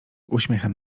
uśmiechem